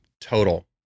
total